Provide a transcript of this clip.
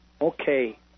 Okay